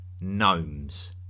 gnomes